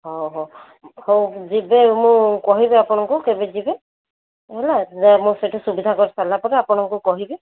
ଓ ହୋ ହଉ ଯିବେ ମୁଁ କହିବି ଆପଣଙ୍କୁ କେବେ ଯିବେ ହେଲା ଯା ମୁଁ ସେଠି ସୁବିଧା କରିସାରିଲା ପରେ ଆପଣଙ୍କୁ କହିବି